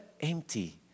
empty